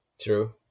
true